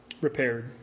repaired